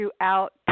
throughout